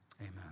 amen